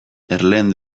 erleen